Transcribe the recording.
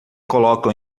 colocam